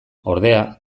ordea